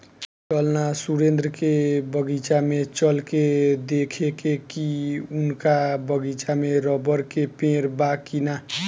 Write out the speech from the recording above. चल ना सुरेंद्र के बगीचा में चल के देखेके की उनका बगीचा में रबड़ के पेड़ बा की ना